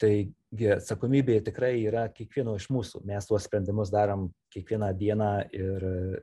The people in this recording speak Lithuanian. tai gi atsakomybė tikrai yra kiekvieno iš mūsų mes tuos sprendimus darom kiekvieną dieną ir